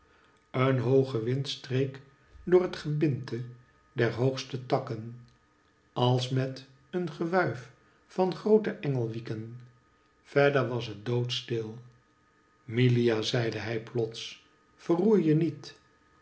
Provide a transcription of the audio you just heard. een hooge wind streek door het gebinte der hoogste takken als met een gewuif van groote engelwieken verder was het doodstil milia zeide hij plots verroerje niet